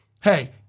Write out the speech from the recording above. hey